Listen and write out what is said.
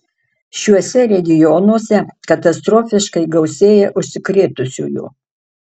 šiuose regionuose katastrofiškai gausėja užsikrėtusiųjų